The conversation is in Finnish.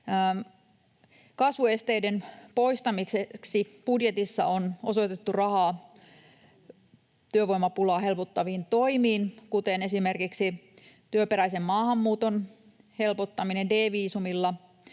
Kasvun esteiden poistamiseksi budjetissa on osoitettu rahaa työvoimapulaa helpottaviin toimiin, kuten esimerkiksi työperäisen maahanmuuton helpottamiseen D-viisumilla.